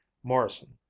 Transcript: morrison,